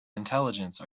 intelligence